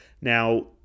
now